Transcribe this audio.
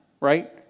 right